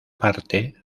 parte